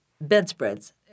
Bedspreads